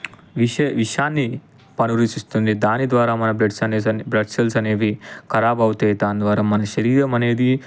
విశే విషాన్ని దాని ద్వారా మన బ్లడ్సనేసన్ని బ్లడ్ సెల్స్ అనేవి ఖరాబు అవుతతాయి దాని ద్వారా మన శరీరం అనేది